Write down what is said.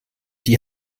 die